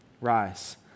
Rise